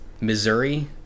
Missouri